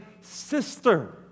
sister